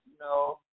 no